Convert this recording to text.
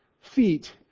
feet